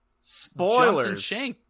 spoilers